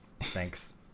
thanks